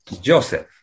Joseph